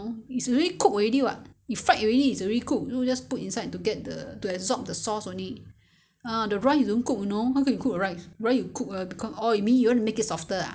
I I normally people don't do it you tell me you go to market and buy 他们是怎样的他们通常是只是切切切那个那个饭团 ah 切切切小小块放在那个盘里面然后汁倒进去